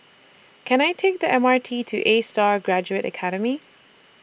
Can I Take The M R T to ASTAR Graduate Academy